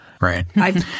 Right